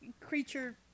creature